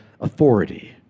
authority